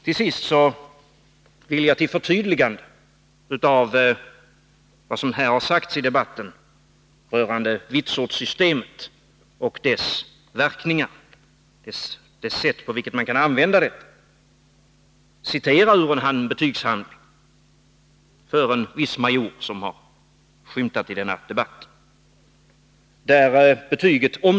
Till sist vill jag, till förtydligande av vad som här har sagts i debatten rörande vitsordssystemet och det sätt på vilket man kan använda det, citera ur en betygshandling för en viss major, som har skymtat i denna debatt.